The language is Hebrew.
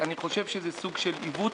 אני חושב שזה סוג של עיוות.